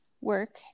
work